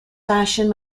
fashion